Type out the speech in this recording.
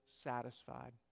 satisfied